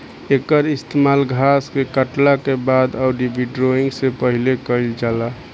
एकर इस्तेमाल घास के काटला के बाद अउरी विंड्रोइंग से पहिले कईल जाला